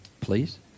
please